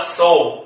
soul